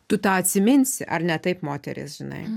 tu tą atsiminsi ar ne taip moterys žinai